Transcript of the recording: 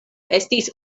estis